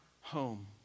home